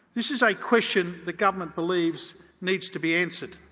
this is a question the government believes needs to be answered.